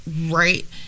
right